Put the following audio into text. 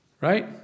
Right